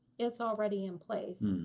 it's already in place.